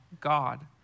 God